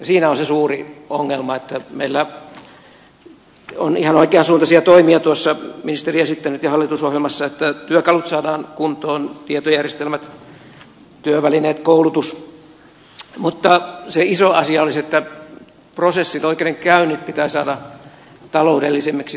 siinä on se suuri ongelma että meillä on ihan oikean suuntaisia toimia tuossa ministeri esittänyt ja hallitusohjelmassa että työkalut saadaan kuntoon tietojärjestelmät työvälineet koulutus mutta se iso asia olisi että prosessit oikeudenkäynnit pitää saada taloudellisemmiksi tehokkaammiksi